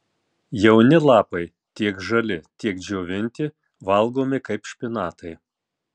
jauni lapai tiek žali tiek džiovinti valgomi kaip špinatai